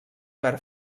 verd